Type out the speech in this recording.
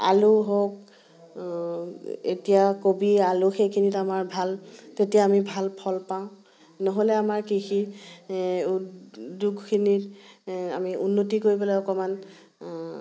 আলু হওক এতিয়া কবি আলু সেইখিনিত আমাৰ ভাল তেতিয়া আমি ভাল ফল পাওঁ নহ'লে আমাৰ কৃষি দুখখিনি আমি উন্নতি কৰিবলৈ অকণমান